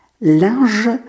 linge